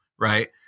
Right